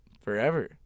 forever